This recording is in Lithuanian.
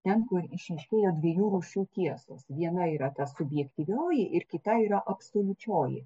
ten kur išryškėjo dviejų rūšių tiesos viena yra ta subjektyvioji ir kita yra absoliučioji